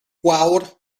gwawr